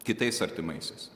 kitais artimaisiais